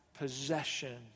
Possession